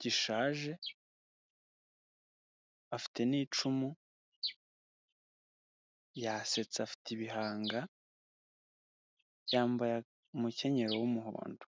gishaje afite ni cumu yasetse afite ibihanga yambaye umukenyerero w’umuhondo.